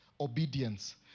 obedience